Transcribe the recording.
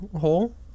hole